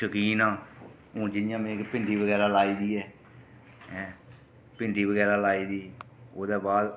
शकीन आं हून जियां में भिंडी बगैरा लाई दी ऐ ऐं भिंडी बगैरा लाई दी ओह्दे बाद